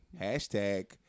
hashtag